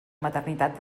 maternitat